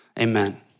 Amen